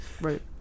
Right